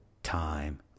time